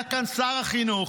היה כאן שר החינוך.